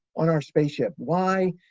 on our spaceship, why,